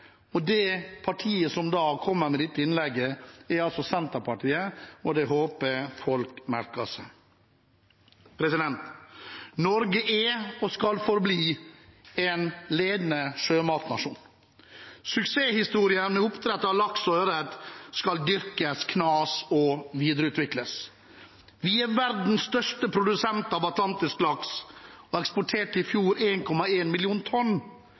hele Distrikts-Norge. Partiet som kommer med dette innlegget, er altså Senterpartiet, og det håper jeg folk merker seg. Norge er og skal forbli en ledende sjømatnasjon. Suksesshistorien med oppdrett av laks og ørret skal dyrkes, knas og videreutvikles. Vi er verdens største produsent av atlantisk laks og eksporterte i fjor 1,1 millioner tonn,